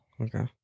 Okay